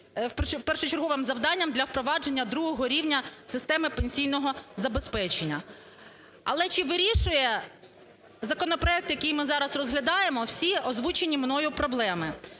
першочерговим завданням для впровадження другого рівня системи пенсійного забезпечення. Але чи вирішує законопроект, який ми зараз розглядаємо всі озвучені мною проблеми?